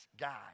guy